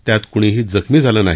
त्यात कुणीही जखमी झालं नाही